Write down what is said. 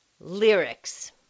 lyrics